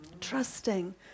trusting